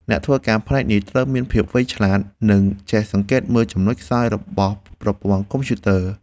អ្នកធ្វើការផ្នែកនេះត្រូវមានភាពវៃឆ្លាត និងចេះសង្កេតមើលចំណុចខ្សោយរបស់ប្រព័ន្ធកុំព្យូទ័រ។